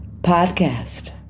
podcast